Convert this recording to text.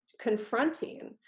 confronting